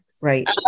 Right